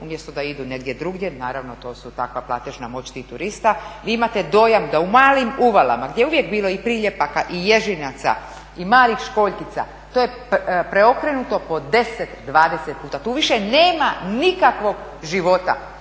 umjesto da idu negdje drugdje. Naravno to su takva platežna moć tih turista. Vi imate dojam da u malim uvalama gdje je uvijek bilo i priljepaka i ježinaca i malih školjkica to je preokrenuto po 10, 20 puta. Tu više nema nikakvog života.